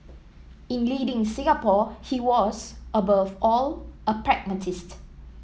in leading Singapore he was above all a pragmatist